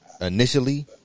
initially